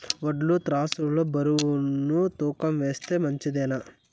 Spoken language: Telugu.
వడ్లు త్రాసు లో బరువును తూకం వేస్తే మంచిదేనా?